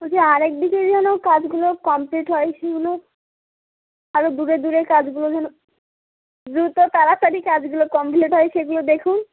বলছি আরেক দিকে যেন কাজগুলো কমপ্লিট হয় সেগুলো আরও দূরে দূরের কাজগুলো যেন দ্রুত তাড়াতাড়ি কাজগুলো কমপ্লিট হয় সেগুলো দেখুন